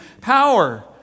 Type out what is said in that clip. power